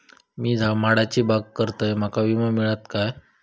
मी माडाची बाग करतंय माका विमो मिळात काय?